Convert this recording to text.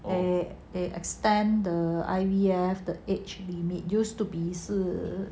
and they extend the area the age limit use to be 是